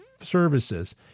services